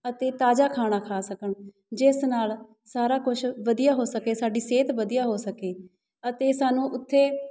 ਅਤੇ ਤਾਜ਼ਾ ਖਾਣਾ ਖਾ ਸਕਣ ਜਿਸ ਨਾਲ ਸਾਰਾ ਕੁਛ ਵਧੀਆ ਹੋ ਸਕੇ ਸਾਡੀ ਸਿਹਤ ਵਧੀਆ ਹੋ ਸਕੇ ਅਤੇ ਸਾਨੂੰ ਉੱਥੇ